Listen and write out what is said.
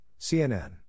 CNN